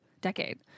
decade